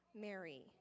Mary